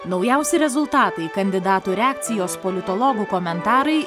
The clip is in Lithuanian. naujausi rezultatai kandidatų reakcijos politologų komentarai